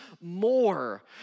more